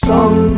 Song